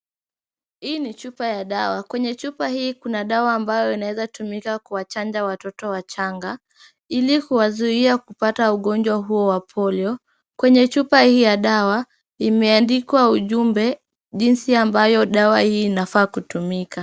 Hii ni chupa ya dawa. Kwenye chupa hii kuna dawa ambayo inaweza tumika kuwachanja watoto wachanga, ili kuwazuia kupata ugonjwa huo wa polio. Kweye chupa hiyo ya dawa, imeandikwa ujumbe jinsi ambayo dawa hii inafaa kutumika.